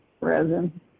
Resin